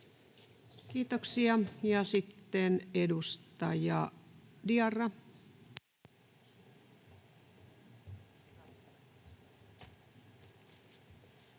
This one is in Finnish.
Kiitoksia. — Ja sitten edustaja Diarra. Kiitos,